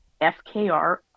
FKR